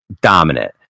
dominant